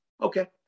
Okay